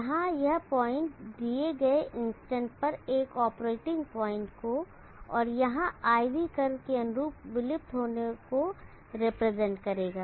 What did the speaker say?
यहां यह पॉइंट दिए गए इंस्टेंट पर एक ऑपरेटिंग पॉइंट को और यहां IV कर्व के अनुरूप विलुप्त होने को रिप्रेजेंट करेगा